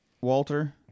Walter